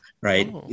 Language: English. right